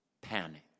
panic